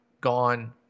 gone